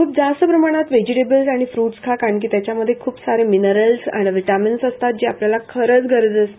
खूप जास्त प्रमाणात वेजीटेबल आणि फ्र्टस् खा कारण की त्याच्यामध्ये ख्पसारे मिनरलस् आणि विटामिन्स असतात जे आपल्याला खरच गरज असते